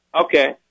okay